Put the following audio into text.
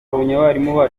françois